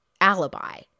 alibi